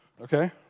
Okay